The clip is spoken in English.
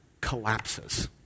collapses